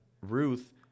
Ruth